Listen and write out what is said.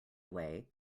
way